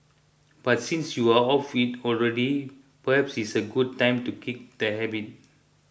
but since you are off it already perhaps it's a good time to kick the habit